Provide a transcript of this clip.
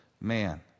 man